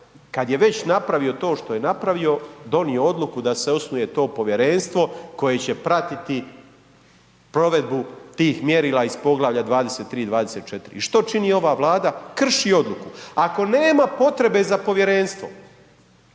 kad je već napravio to što je napravio, donio odluku da se osnuje to povjerenstvo koje će pratiti provedbu tih mjerila iz Poglavlja 23. i 24. I što čini ova Vlada? Krši odluku. Ako nema potrebe za povjerenstvom,